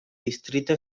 distrito